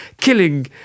killing